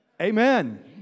Amen